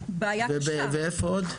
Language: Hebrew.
ואיפה עוד?